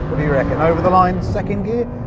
do you reckon? over the line, second gear?